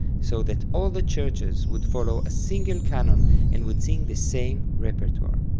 so that all the churches would follow a single canon and would sing the same repertoire.